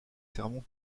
sermons